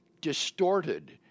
distorted